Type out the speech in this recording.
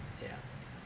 yeah